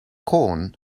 corn